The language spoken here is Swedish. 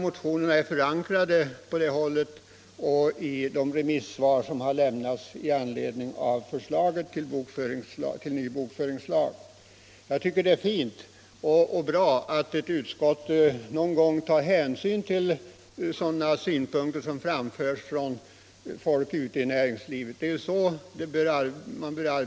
Motionerna bygger också på de remissvar som har lämnats i anledning av förslaget till ny bokföringslag. Jag tycker att det är fint och bra att utskottet någon gång tar hänsyn till sådana synpunkter som anförs av folk ute i näringslivet och dess organisationer.